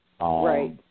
Right